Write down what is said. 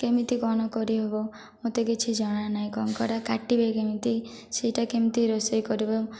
କେମିତି କ'ଣ କରିବ ମୋତେ କିଛି ଜଣାନାହିଁ କଙ୍କଡ଼ା କାଟିବେ କେମିତି ସେଇଟା କେମିତି ରୋଷେଇ କରିବ